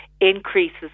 increases